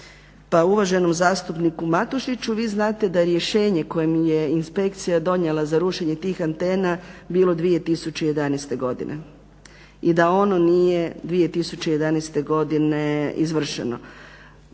Pa uvaženom zastupniku Matušiću vi znate da rješenje koje je inspekcija donijela za rušenje tih antena bilo 2011. godine i da ono nije 2011. godine izvršeno.